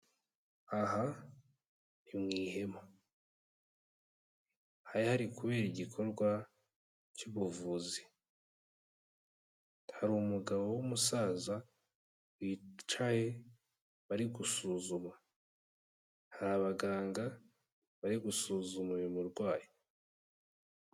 Aha ni mu ihema, hari hari kubera igikorwa cy'ubuvuzi, hari umugabo w'umusaza wicaye bari gusuzuma, hari abaganga bari gusuzumarimo uyu murwayi.